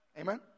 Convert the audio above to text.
Amen